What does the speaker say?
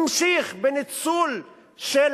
המשיך בניצול של